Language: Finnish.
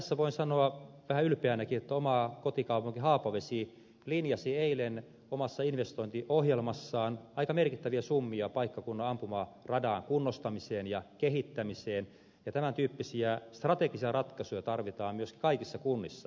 tässä voin sanoa vähän ylpeänäkin että oma kotikaupunki haapavesi linjasi eilen omassa investointiohjelmassaan aika merkittäviä summia paikkakunnan ampumaradan kunnostamiseen ja kehittämiseen ja tämäntyyppisiä strategisia ratkaisuja tarvitaan myöskin kaikissa kunnissa